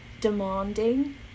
demanding